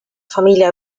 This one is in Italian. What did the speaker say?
famiglia